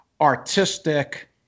artistic